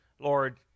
Lord